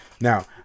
Now